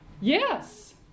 Yes